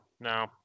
no